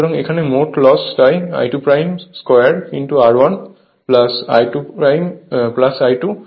সুতরাং এখানে মোট লস তাই I22 R1 I2 R2